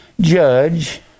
judge